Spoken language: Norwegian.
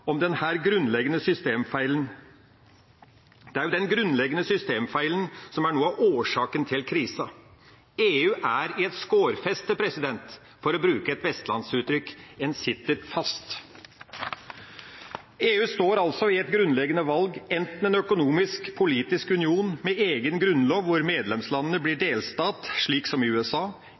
om denne grunnleggende systemfeilen? Den grunnleggende systemfeilen er jo noe av årsaken til krisa. EU er i et skårfeste, for å bruke et vestlandsuttrykk. En sitter fast. EU står overfor et grunnleggende valg: Enten må den bli en økonomisk og politisk union, med egen grunnlov, hvor medlemslandene blir delstater, som i USA,